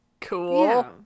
cool